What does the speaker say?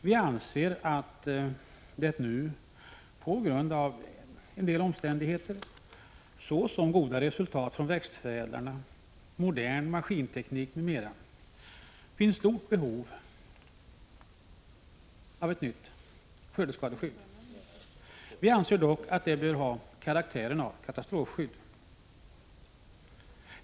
Vi anser att det nu — på grund av vissa omständigheter, såsom goda resultat från växtförädlarna, modern maskinteknik, m.m. — finns stort behov av ett nytt skördeskadeskydd. Det bör dock ha karaktären av katastrofskydd.